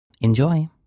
Enjoy